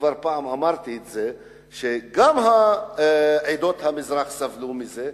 פעם כבר אמרתי שגם עדות המזרח סבלו מזה,